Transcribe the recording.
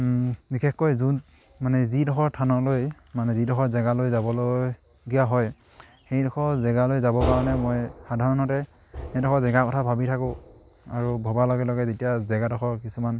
বিশেষকৈ যোন মানে যিডোখৰ স্থানলৈ মানে যিডোখৰ জেগালৈ যাবলগীয়া হয় সেইডোখৰ জেগালৈ যাবৰ কাৰণে মই সাধাৰণতে সেইডোখৰ জেগা কথা ভাবি থাকোঁ আৰু ভবাৰ লগে লগে যেতিয়া জেগাডোখৰ কিছুমান